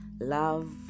Love